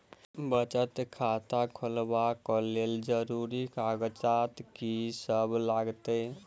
बचत खाता खोलाबै कऽ लेल जरूरी कागजात की सब लगतइ?